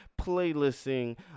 playlisting